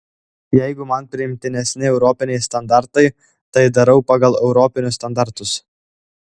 jeigu man priimtinesni europiniai standartai tai darau pagal europinius standartus